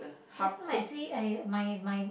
last time I see I my my my